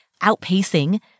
outpacing